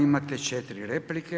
Imate 4 replike.